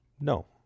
No